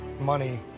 money